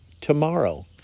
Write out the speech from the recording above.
tomorrow